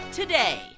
today